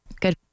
good